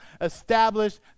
established